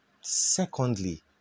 Secondly